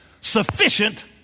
sufficient